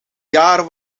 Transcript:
jaren